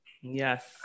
Yes